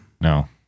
No